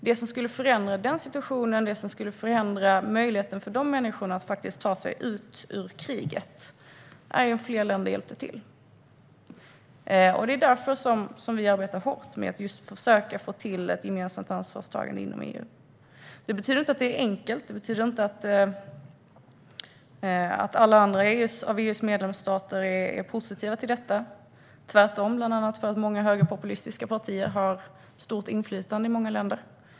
Det som skulle förändra situationen och möjligheten för de människorna att ta sig ut ur kriget är om fler länder hjälpte till. Det är därför som vi arbetar hårt med att försöka få till ett gemensamt ansvarstagande inom EU. Det betyder inte att det är enkelt. Det betyder inte att alla andra av EU:s medlemsstater är positiva till detta. Tvärtom har bland annat högerpopulistiska partier stort inflytande i många länder.